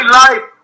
life